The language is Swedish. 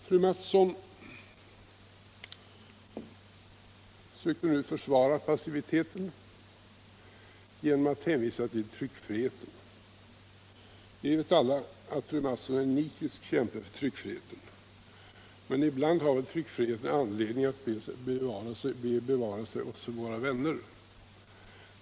Fröken Mattson söker nu försvara passiviteten genom att hänvisa till tryckfriheten. Vi vet alla att fröken Mattson är en nitisk kämpe för tryckfriheten, men ibland har väl tryckfriheten anledning att be Gud bevara sig också för sina vänner.